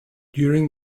during